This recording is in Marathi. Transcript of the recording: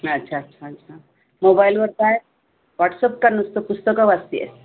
हां अच्छा अच्छा अच्छा मोबाईलवर काय व्हॉट्सअप का नुसतं पुस्तकं वाचते आहे